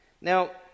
Now